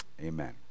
Amen